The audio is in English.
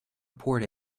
report